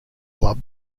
club